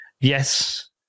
Yes